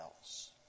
else